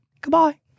Goodbye